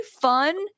fun